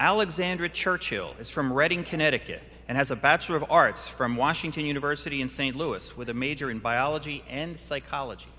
alexandra churchill is from reading connecticut and has a bachelor of arts from washington university in st louis with a major in biology and psychology